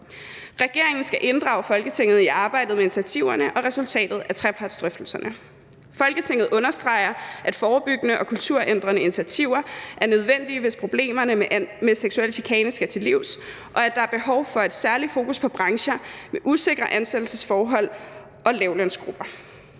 Regeringen skal inddrage Folketinget i arbejdet med initiativerne og resultatet af trepartsdrøftelserne. Folketinget understreger, at forebyggende og kulturændrende initiativer er nødvendige, hvis problemerne med seksuel chikane skal til livs, og at der er behov for et særligt fokus på brancher med usikre ansættelsesforhold og lavtlønsgrupper.«